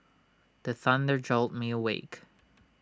the thunder jolt me awake